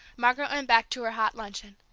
margaret went back to her hot luncheon.